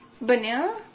Banana